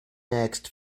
next